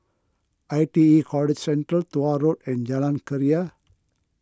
I T E College Central Tuah Road and Jalan Keria